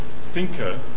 thinker